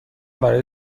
برای